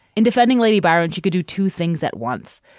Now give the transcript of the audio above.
in defending lady biron, she could do two things at once.